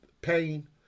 pain